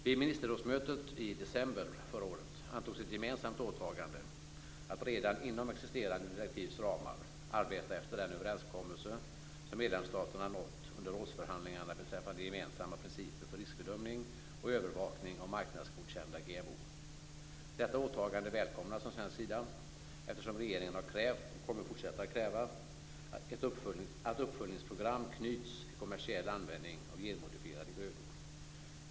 Vid ministerrådsmötet i december förra året antogs ett gemensamt åtagande att redan inom existerande direktivs ramar arbeta efter den överenskommelse som medlemsstaterna nått under rådsförhandlingarna beträffande gemensamma principer för riskbedömning och övervakning av marknadsgodkända GMO. Detta åtagande välkomnas från svensk sida eftersom regeringen har krävt, och kommer att fortsätta kräva, att uppföljningsprogram knyts till kommersiell användning av genmodifierade grödor.